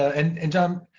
and and john,